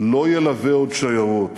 לא ילווה עוד שיירות.